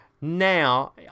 Now